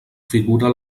figura